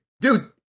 dude